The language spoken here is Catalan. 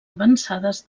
avançades